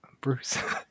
Bruce